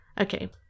Okay